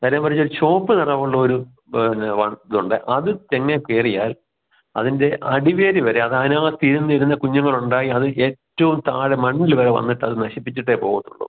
നേരെ മറിച്ച് ചുവപ്പ് നിറമുള്ള ഒരു പിന്നെ വണ്ടു ഉണ്ട് അത് തെങ്ങിൽ കയറിയാൽ അതിൻ്റെ അടിവേര് വരെ അത് അതിനകത്ത് ഇരുന്ന് ഇരുന്ന് കുഞ്ഞുങ്ങൾ ഉണ്ടായി അത് ഏറ്റവും താഴെ മണ്ണിൽ വരെ വന്നിട്ട് അത് നശിപ്പിച്ചിട്ടെ പോകത്തുള്ളൂ